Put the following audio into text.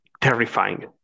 terrifying